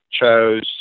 chose